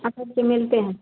आकर के मिलते हैं